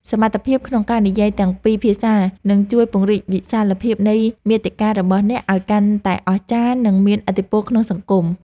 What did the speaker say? សមត្ថភាពក្នុងការនិយាយទាំងពីរភាសានឹងជួយពង្រីកវិសាលភាពនៃមាតិការបស់អ្នកឱ្យកាន់តែអស្ចារ្យ និងមានឥទ្ធិពលក្នុងសង្គម។